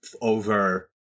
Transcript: over